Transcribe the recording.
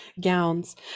gowns